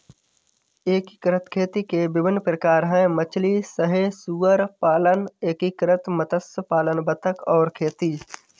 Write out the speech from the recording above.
एकीकृत खेती के विभिन्न प्रकार हैं मछली सह सुअर पालन, एकीकृत मत्स्य पालन बतख और खेती